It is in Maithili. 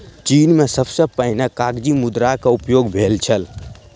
चीन में सबसे पहिने कागज़ी मुद्रा के उपयोग भेल छल